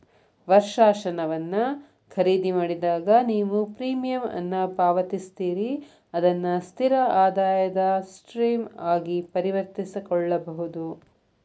ವರ್ಷಾಶನವನ್ನ ಖರೇದಿಮಾಡಿದಾಗ, ನೇವು ಪ್ರೇಮಿಯಂ ಅನ್ನ ಪಾವತಿಸ್ತೇರಿ ಅದನ್ನ ಸ್ಥಿರ ಆದಾಯದ ಸ್ಟ್ರೇಮ್ ಆಗಿ ಪರಿವರ್ತಿಸಕೊಳ್ಬಹುದು